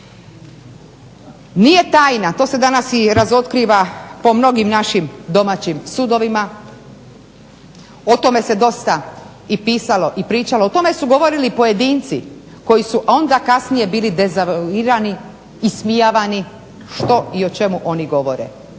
Nije tajna, to se danas i razotkriva po mnogim našim domaćim sudovima, o tome se dosta pisalo i pričalo o tome su govorili pojedinci koji su onda kasnije bili dezavuirani ismijavani što i o čemu oni govore.